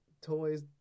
toys